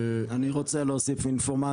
אני רוצה להתחיל להסביר,